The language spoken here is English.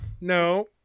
No